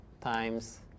times